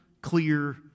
clear